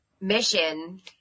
mission